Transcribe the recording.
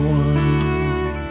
one